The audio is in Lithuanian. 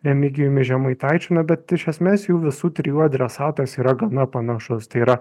remigijumi žemaitaičiu na bet iš esmės jų visų trijų adresatas yra gana panašus tai yra